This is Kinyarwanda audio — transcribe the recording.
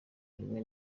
rimwe